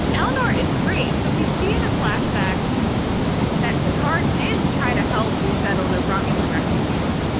elna is great. so we see in a flashback that picard did try to help resettle the romulan refugees,